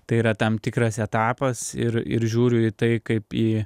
tai yra tam tikras etapas ir ir žiūriu į tai kaip į